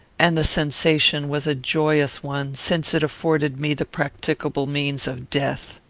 and the sensation was a joyous one, since it afforded me the practicable means of death.